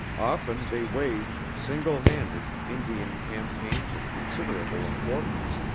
often they waged, single-handed, indian campaigns of considerable importance,